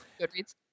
goodreads